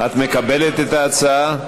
את מקבלת את ההצעה?